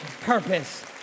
purpose